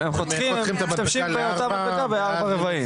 הם חותכים ומשתמשים באותה מדבקה בארבע רבעים.